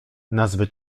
nazwy